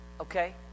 okay